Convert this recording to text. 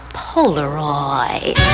polaroid